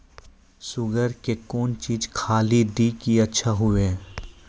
Sugar के कौन चीज खाली दी कि अच्छा हुए?